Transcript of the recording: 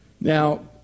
Now